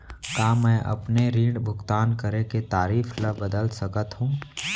का मैं अपने ऋण भुगतान करे के तारीक ल बदल सकत हो?